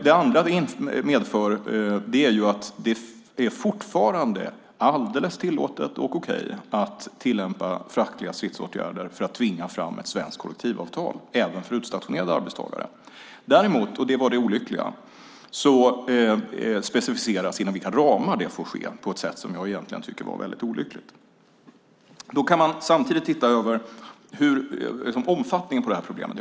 Det andra som detta medför är ju att det fortfarande är alldeles tillåtet och okej att tillämpa fackliga stridsåtgärder för att tvinga fram ett svenskt kollektivavtal även för utstationerade arbetstagare. Däremot specificeras inom vilka ramar det får ske på ett sätt som jag egentligen tycker var väldigt olyckligt. Samtidigt kan man titta över omfattningen av det här problemet.